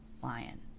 lion